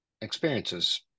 experiences